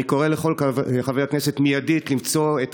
אני קורא לכל חברי כנסת למצוא מיידית את הדרך